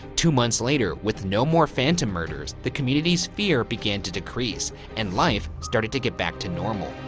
two months later, with no more phantom murders, the community's fear began to decrease and life started to get back to normal.